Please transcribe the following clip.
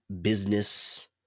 business